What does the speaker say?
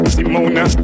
Simona